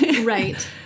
right